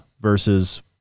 versus